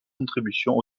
contributions